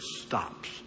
stops